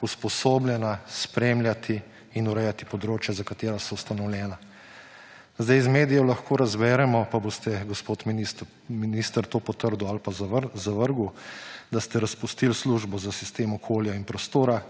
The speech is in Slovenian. usposobljena spremljati in urejati področja, za katera so ustanovljena. Iz medijev lahko razberemo – pa boste, gospod minister, to potrdili ali pa ovrgli –, da ste razpustili Službo za sistem okolja in prostora,